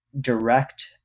direct